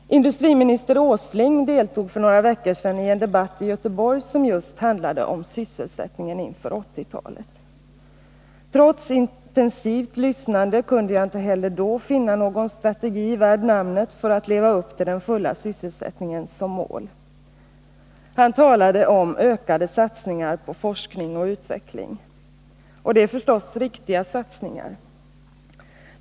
Industriminister Åsling deltog för några veckor sedan i en debatt i Göteborg, som just handlade om sysselsättningen inför 1980-talet. Trots intensivt lyssnande kunde jag inte heller då finna någon strategi värd namnet för att leva upp till den fulla sysselsättningen som mål. Nils Åsling talade om ökade satsningar på forskning och utveckling. Och det är förstås riktiga satsningar.